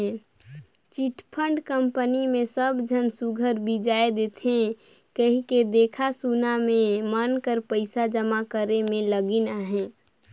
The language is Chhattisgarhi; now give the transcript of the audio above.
चिटफंड कंपनी मे सब झन सुग्घर बियाज देथे कहिके देखा सुना में मन कर पइसा जमा करे में लगिन अहें